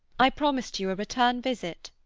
i promised you a return visit.